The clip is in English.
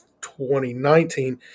2019